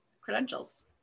credentials